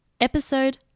Episode